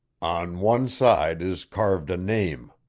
on one side is carved a name.